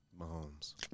Mahomes